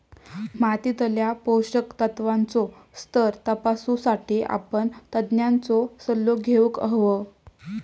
मातीतल्या पोषक तत्त्वांचो स्तर तपासुसाठी आपण तज्ञांचो सल्लो घेउक हवो